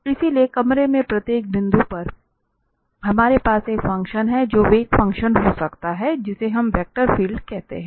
इसलिए कमरे में प्रत्येक बिंदु पर हमारे पास एक फंक्शन है जो वेग फंक्शन हो सकता है जिसे हम वेक्टर फील्ड कहते हैं